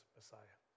Messiah